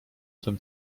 tym